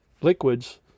liquids